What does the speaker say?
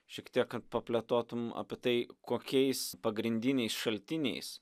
šiek tiek plėtotum apie tai kokiais pagrindiniais šaltiniais